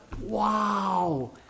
Wow